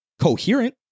coherent